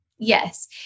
Yes